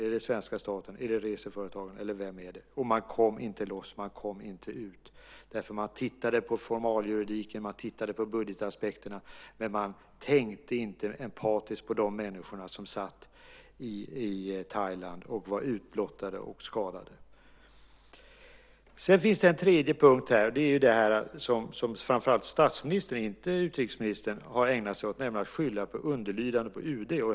Är det svenska staten, reseföretagen, eller vem är det? Man kom inte loss. Man kom inte ut, för man tittade på formaliajuridiken och budgetaspekterna. Man tänkte inte empatiskt på de människor som satt i Thailand och var utblottade och skadade. Det finns en tredje punkt. Det är det som framför allt statsministern, inte utrikesministern, har ägnat sig åt, nämligen att skylla på underlydande på UD.